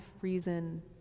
reason